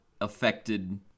affected